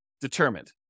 determined